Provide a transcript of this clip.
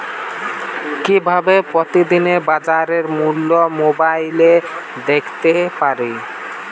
কিভাবে প্রতিদিনের বাজার মূল্য মোবাইলে দেখতে পারি?